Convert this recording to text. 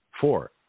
Four